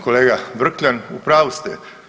Kolega Vrkljan, u pravu ste.